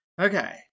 okay